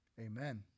amen